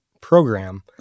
program